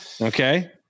Okay